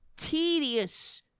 tedious